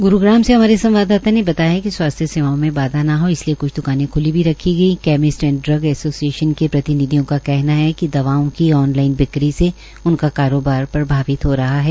ग्रूगाम से हमारे संवाददाता ने बताया है कि स्वास्थ्य सेवाओं में बाधा न हो इसलिए कुछ द्कानें ख्ली भी रखी गई कैमिस्ट एंड ड्रग्स ऐसोसिएशन के प्रतिनिधियों का कहना है कि दवाओं की ऑन लाइन बिक्री से उनका कारोबार प्रभावित हो रहा है